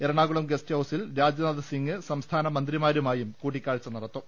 എറ ണാകുളം ഗസ്റ്റ് ഹൌസിൽ രാജ്നാഥ് സിംഗ് സംസ്ഥാന മന്ത്രി മാരുമായും കൂടിക്കാഴ്ച നടത്തും